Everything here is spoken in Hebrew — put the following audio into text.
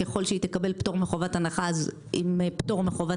ככל שהיא תקבל פטור מחובת הנחה עם פטור מחובת